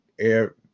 air